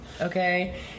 Okay